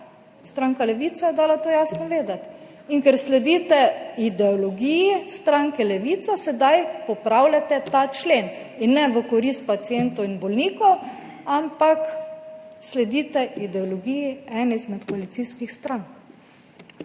stranka Levica je dala to jasno vedeti. In ker sledite ideologiji stranke Levica, sedaj popravljate ta člen, ne v korist pacientov in bolnikov, ampak sledite ideologiji ene izmed koalicijskih strank.